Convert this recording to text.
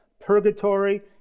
purgatory